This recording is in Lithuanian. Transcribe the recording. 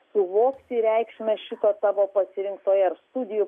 suvokti reikšmę šito tavo pasirinktoje ar studijų